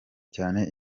cyane